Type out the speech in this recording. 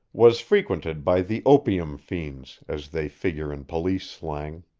was frequented by the opium fiends, as they figure in police slang.